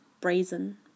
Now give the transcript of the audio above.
brazen